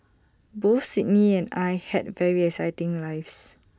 both Sydney and I had very exciting lives